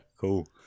cool